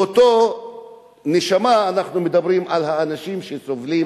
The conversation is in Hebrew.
באותה נשימה אנחנו מדברים על האנשים שסובלים